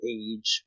age